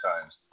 times